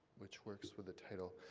which works with title,